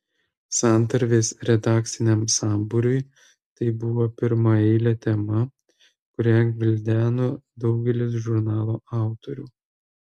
santarvės redakciniam sambūriui tai buvo pirmaeilė tema kurią gvildeno daugelis žurnalo autorių